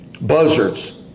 buzzards